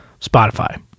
Spotify